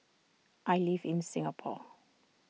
I live in Singapore